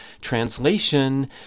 Translation